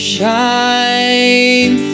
Shine